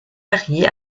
varié